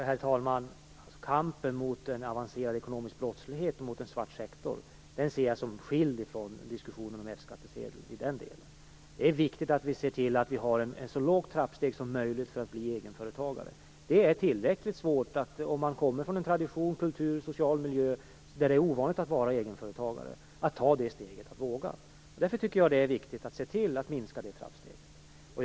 Herr talman! Kampen mot en avancerad ekonomisk brottslighet och en svart sektor ser jag som skild från diskussionen om F-skattsedel. Det är viktigt att vi ser till att vi får ett så lågt trappsteg som möjligt för att bli egenföretagare. Det är tillräckligt svårt för dem som kommer från en tradition, kultur och social miljö där det är ovanligt att vara egenföretagare att ta det steget, att våga. Därför är det viktigt att se till att sänka det trappsteget.